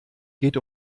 geht